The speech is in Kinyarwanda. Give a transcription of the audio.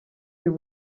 uyu